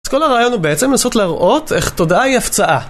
אז כל הרעיון הוא בעצם לנסות להראות איך תודעה היא הפצעה.